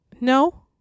No